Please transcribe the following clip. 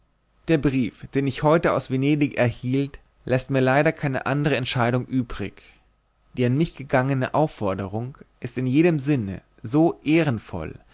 der brief den ich heute aus venedig erhielt läßt mir leider keine andre entscheidung übrig die an mich ergangene aufforderung ist in jedem sinne so ehrenvoll